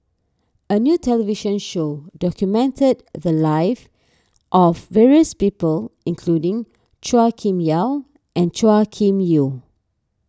a new television show documented the lives of various people including Chua Kim Yeow and Chua Kim Yeow